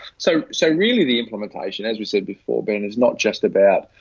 so, so really the implementation as we said before, ben is not just about